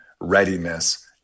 readiness